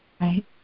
Right